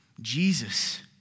Jesus